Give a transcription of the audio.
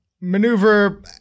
maneuver